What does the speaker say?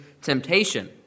temptation